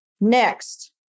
Next